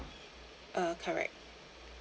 uh correct